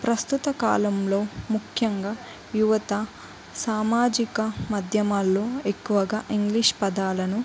ప్రస్తుత కాలంలో ముఖ్యంగా యువత సామాజిక మాధ్యమాల్లో ఎక్కువగా ఇంగ్లీష్ పదాలను